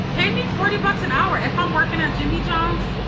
pay me forty bucks an hour. if i'm working at jimmy johns?